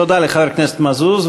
תודה לחבר הכנסת מזוז.